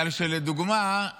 לדוגמה,